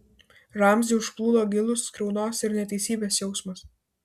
ramzį užplūdo gilus skriaudos ir neteisybės jausmas